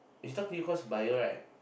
eh she talk to you cause of bio right